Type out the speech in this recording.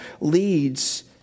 leads